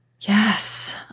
Yes